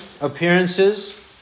appearances